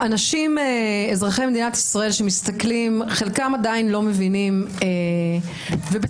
חושבת שאזרחי מדינת ישראל שמסתכלים חלקם עדיין לא מבינים ובצדק